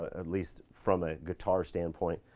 at least from a guitar standpoint.